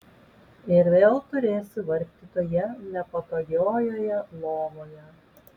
ir vėl turėsiu vargti toje nepatogiojoje lovoje